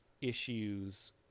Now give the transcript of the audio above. issues